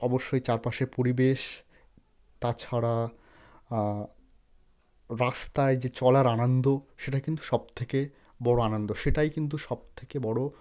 অবশ্যই চারপাশের পরিবেশ তাছাড়া রাস্তায় যে চলার আনন্দ সেটা কিন্তু সবথেকে বড় আনন্দ সেটাই কিন্তু সবথেকে বড়